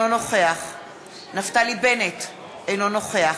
אינו נוכח